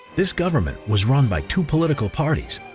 this government was run by two political parties,